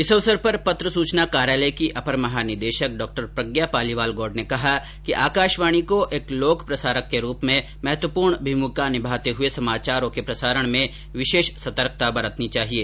इस अवसर पर पत्र सूचना कार्यालय की अपर महानिदेशक डॉ प्रज्ञा पालीवाल गौड़ ने कहा कि आकाशवाणी को एक लोक प्रसारक के रूप में महत्वपूर्ण भूमिका निभाते हए समाचारों के प्रसारण में विशेष सतर्कता बरतनी चाहिये